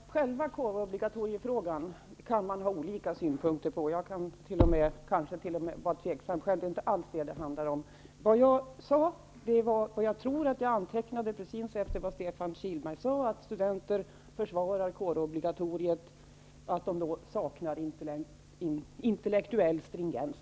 Herr talman! Själva kårobligatoriefrågan kan man ha olika synpunkter på. Jag kan kanske t.o.m. vara osäker själv. Det är inte alls det det handlar om. Vad jag vände mig emot var vad Stefan Kihlberg sade -- och jag tror att jag antecknade precis vad han sade -- om att studenter som försvarar kårobligatoriet saknar intellektuell stringens.